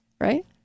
right